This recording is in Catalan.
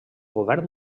govern